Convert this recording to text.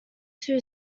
too